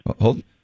Hold